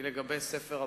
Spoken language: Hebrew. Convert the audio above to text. היא לגבי ספר הפרופילים.